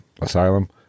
asylum